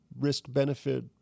risk-benefit